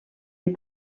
est